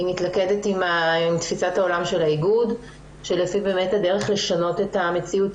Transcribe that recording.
היא מתלכדת עם תפיסת העולם של האיגוד שלפיה באמת הדרך לשנות את המציאות